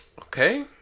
Okay